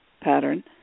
pattern